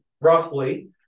roughly